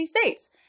states